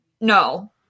No